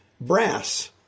brass